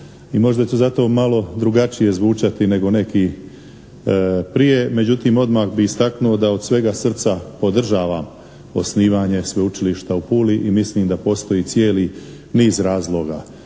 možda će to zato malo drugačije zvučati nego neki prije, međutim odmah bih istaknuo da od svega srca podržavam osnivanje Sveučilišta u Puli i mislim da postoji cijeli niz razloga.